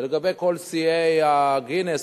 ולגבי כל שיאי גינס,